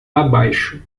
abaixo